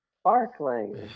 sparkling